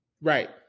Right